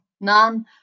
none